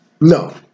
No